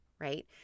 right